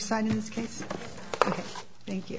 side in this case thank you